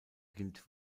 gilt